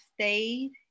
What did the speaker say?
stayed